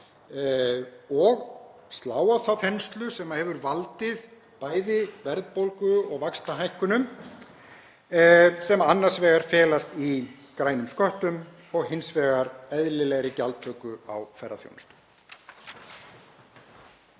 og slá á þá þenslu sem hefur valdið bæði verðbólgu og vaxtahækkunum. Þeir felast annars vegar í grænum sköttum og hins vegar eðlilegri gjaldtöku á ferðaþjónustu.